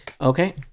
okay